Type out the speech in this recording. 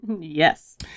Yes